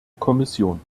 kommission